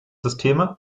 systeme